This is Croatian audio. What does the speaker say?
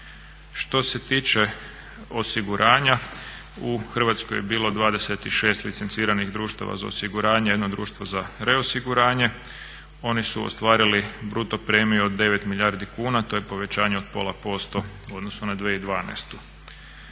Što se tiče osiguranja u Hrvatskoj je bilo 26 licenciranih društava za osiguranje, jedno društvo za reosiguranje. Oni su ostvarili bruto premiju od 9 milijardi kuna, to je povećanje od pola posto u odnosu na 2012.